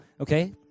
okay